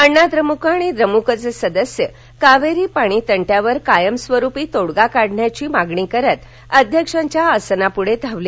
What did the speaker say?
अण्णा द्रमुक आणि द्रमुकचे सदस्य कावेरी पाणी तंटयावर कायम स्वरूपी तोडगा काढण्याची मागणी करत अध्यक्षांच्या आसनापुढे धावले